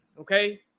okay